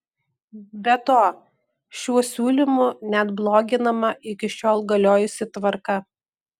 be to šiuo siūlymu net bloginama iki šiol galiojusi tvarka